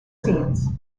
scenes